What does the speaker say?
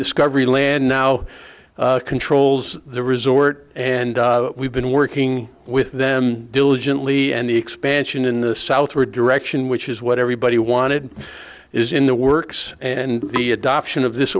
discovery land now controls the resort and we've been working with them diligently and the expansion in the south for direction which is what everybody wanted is in the works and the adoption of this